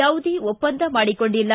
ಯಾವುದೇ ಒಪ್ಪಂದ ಮಾಡಿಕೊಂಡಿಲ್ಲ